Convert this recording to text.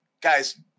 guys